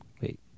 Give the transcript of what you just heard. wait